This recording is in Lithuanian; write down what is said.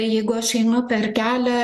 jeigu aš einu per kelią